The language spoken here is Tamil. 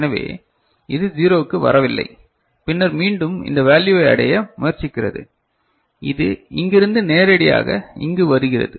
எனவே இது 0 க்கு வரவில்லை பின்னர் மீண்டும் இந்த வேல்யுவை அடைய முயற்சிக்கிறது இது இங்கிருந்து நேரடியாக இங்கு வருகிறது